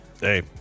Hey